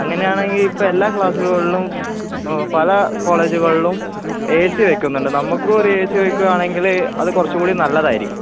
അങ്ങനെയാണെങ്കിൽ ഇപ്പം എല്ലാ ക്ലാസ്സുകളിലും പല കോളേജുകളിലും ഏ സി വെക്കുന്നുണ്ട് നമുക്കും ഒരു ഏ സി വെക്കുവാണെങ്കില് അത് കുറച്ചും കൂടി നല്ലതായിരിക്കും